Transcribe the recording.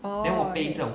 orh okay